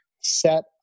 set